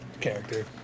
Character